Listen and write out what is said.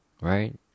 Right